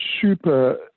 super